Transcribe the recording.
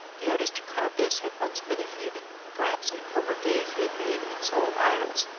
the artist who carved this had once been a heathen perhaps in former days he had made and sold idols,